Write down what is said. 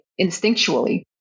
Instinctually